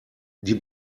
die